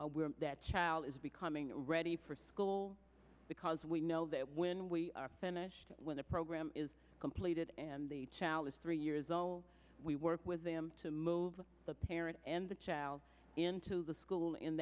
that child is becoming ready for school because we know that when we are finished with the program is completed and the chalice three years old we work with them to move the parent and the child into the school in